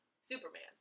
Superman